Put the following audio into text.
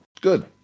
good